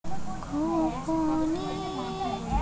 যে টাকা জমা থাইকলে সেটাকে রিডিম করে লো